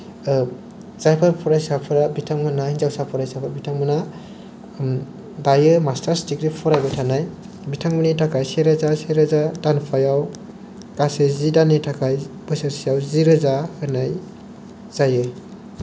जायफोर फरायसाफोरा बिथांमोना हिनजावसा फरायसाफोर बिथांमोना दायो मास्टार्स डिग्री फरायबाय थानाय बिथांमोननि थाखाय सेरोजा सेरोजा दानफायाव गासै जि दाननि थाखाय बोसोरसेआव जिरोजा होनाय जायो